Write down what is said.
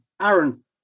Aaron